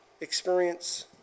experience